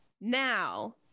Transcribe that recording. Now